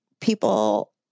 people –